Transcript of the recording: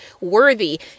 worthy